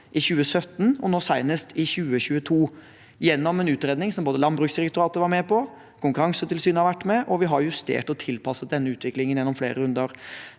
i 2017 og nå senest i 2022 gjennom en utredning som både Landbruksdirektoratet og Konkurransetilsynet var med på, og vi har justert og tilpasset denne utviklingen gjennom flere runder.